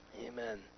Amen